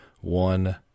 one